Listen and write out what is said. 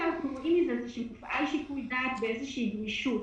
אנחנו רואים שהופעל שיקול דעת באיזו גמישות,